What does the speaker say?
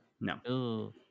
No